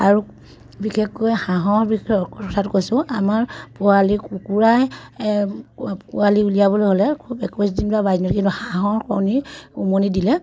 আৰু বিশেষকৈ হাঁহৰ বিষয়ে কথা কৈছোঁ আমাৰ পোৱালি কুকুৰাই পোৱালি উলিয়াবলৈ হ'লে খুব একৈছ দিন বা বাইছ দিন কিন্তু হাঁহৰ কণী উমনি দিলে